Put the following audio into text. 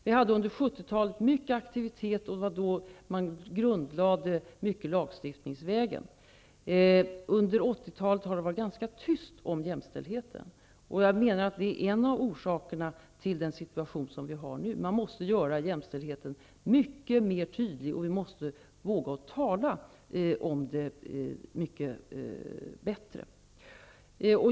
Det pågick många aktiviteter under 70-talet, och då grundlades mycket lagstiftningsvägen. Under 80-talet har det varit ganska tyst om jämställdheten. Jag menar att det är en av orsakerna till den situation som vi nu har. Man måste göra jämställdhetsfrågorna mycket tydligare, och vi måste våga tala mer om dem.